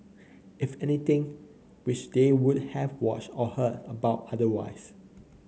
if anything which they would have watched or heard about otherwise